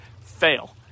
fail